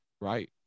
right